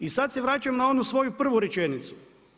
I sada se vraćam na onu svoju prvu rečenicu.